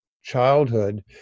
childhood